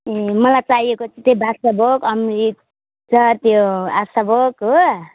ए मलाई चाहिएको चाहिँ त्यो बासाभोग अमृत चार त्यो आसाभोग हो